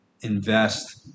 invest